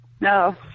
No